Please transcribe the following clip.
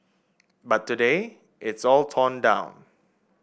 but today it's all torn down